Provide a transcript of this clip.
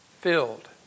filled